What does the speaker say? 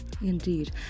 Indeed